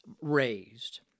raised